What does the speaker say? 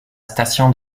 station